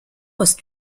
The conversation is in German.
ist